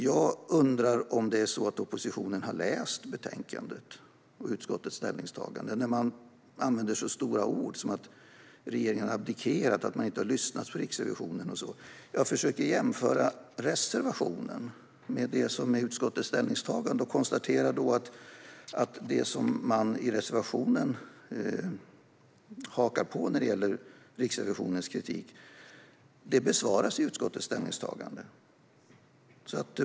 Jag undrar om oppositionen har läst betänkandet och utskottets ställningstagande eftersom man använder så stora ord som att regeringen har abdikerat och inte har lyssnat på Riksrevisionen. Jag försöker jämföra reservationen med utskottets ställningstagande och konstaterar då att det som man i reservationen hakar på när det gäller Riksrevisionens kritik besvaras i utskottets ställningstagande.